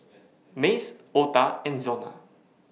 Mace Ota and Zona